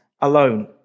alone